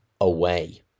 away